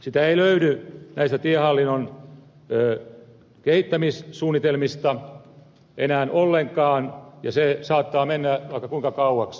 sitä ei löydy näistä tiehallinnon kehittämissuunnitelmista enää ollenkaan ja se saattaa mennä vaikka kuinka kauaksi